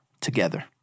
together